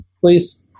please